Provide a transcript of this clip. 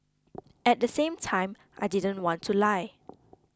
at the same time I didn't want to lie